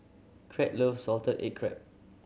Crete love salted egg crab